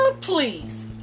please